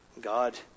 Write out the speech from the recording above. God